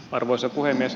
arvoisa puhemies